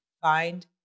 Find